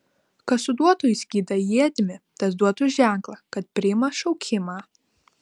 kas suduotų į skydą ietimi tas duotų ženklą kad priima šaukimą